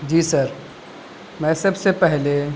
جی sir میں سب سے پہلے